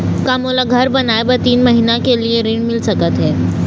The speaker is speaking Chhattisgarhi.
का मोला घर बनाए बर तीन महीना के लिए ऋण मिल सकत हे?